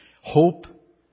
Hope